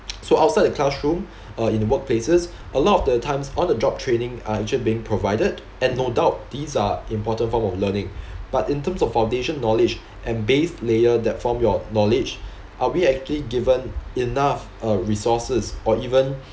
so outside the classroom uh in the workplaces a lot of the times on the job training uh it should being provided and no doubt these are important form of learning but in terms of foundation knowledge and base layer that form your knowledge are we actually given enough uh resources or even